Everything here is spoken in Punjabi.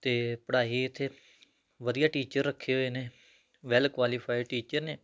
ਅਤੇ ਪੜ੍ਹਾਈ ਇੱਥੇ ਵਧੀਆ ਟੀਚਰ ਰੱਖੇ ਹੋਏ ਨੇ ਵੈਲ ਕੁਆਲੀਫਾਈ ਟੀਚਰ ਨੇ